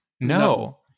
No